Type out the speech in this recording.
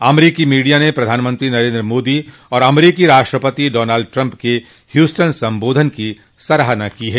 अमरीकी मीडिया ने प्रधानमंत्री नरेन्द्र मोदी और अमरीकी राष्ट्रपति डॉनल्ड ट्रंप के ह्यूस्टन संबोधन की सराहना की है